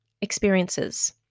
experiences